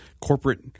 corporate –